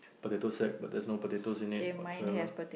potato sack but there's no potatoes in it whatsoever